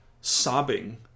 sobbing